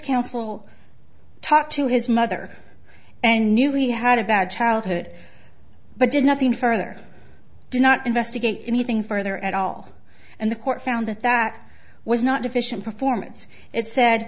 counsel talked to his mother and knew he had a bad childhood but did nothing further do not investigate anything further at all and the court found that that was not deficient performance it said